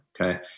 okay